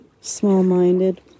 small-minded